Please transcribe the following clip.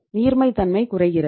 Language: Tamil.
நீர்மைத்தன்மை குறைகிறது